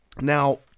Now